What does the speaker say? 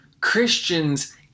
Christians